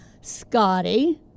Scotty